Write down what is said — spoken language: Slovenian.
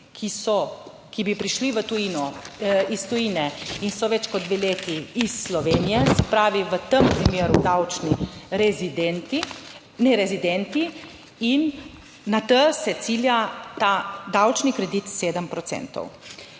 ki bi prišli iz tujine in so več kot dve leti iz Slovenije, se pravi, v tem primeru davčni rezidenti, nerezidenti in na to se cilja ta davčni kredit 7